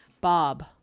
Bob